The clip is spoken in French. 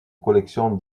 collection